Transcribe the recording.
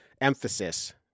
emphasis